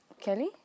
Kelly